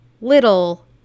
little